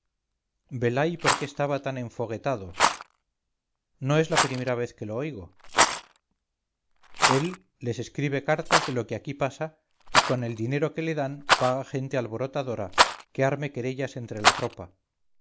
velay por qué estaba tan enfoguetado no es la primera vez que lo oigo él les escribe cartas de lo que aquí pasa y con el dinero que le dan paga gente alborotadora que arme querellas entre la tropa